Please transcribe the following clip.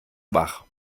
wach